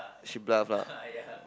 she bluff lah